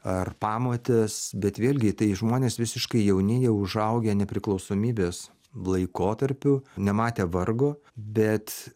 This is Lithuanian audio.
ar pamotės bet vėlgi tai žmonės visiškai jauni jie užaugę nepriklausomybės laikotarpiu nematę vargo bet